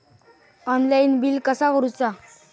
Online bill कसा करुचा?